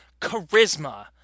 charisma